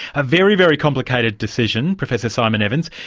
a very, very complicated decision, professor simon evans,